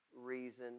reason